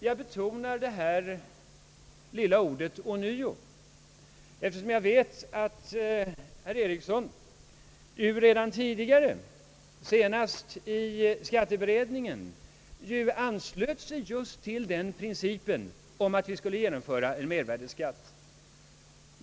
Jag betonar dock det lilla ordet ånyo, eftersom jag vet att herr Ericsson redan tidigare, senast i skatteberedningen, anslöt sig till principen att vi skulle genomföra en mervärdeskatt.